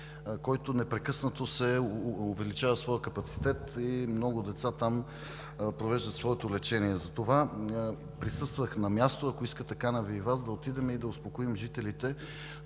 който непрекъснато увеличава своя капацитет и много деца провеждат своето лечение. Присъствах на място, ако искате – каня Ви и Вас, да отидем да успокоим жителите,